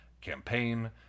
campaign